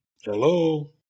Hello